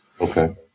Okay